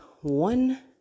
one